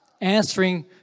answering